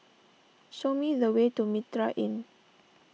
show me the way to Mitraa Inn